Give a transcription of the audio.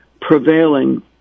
prevailing